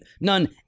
none